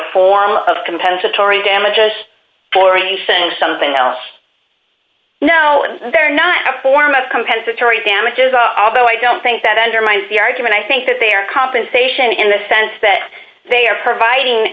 form of compensatory damages for a nation and something else no they're not a form of compensatory damages although i don't think that undermines the argument i think that they are compensation in the sense that they are providing